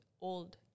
old